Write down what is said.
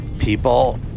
people